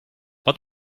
but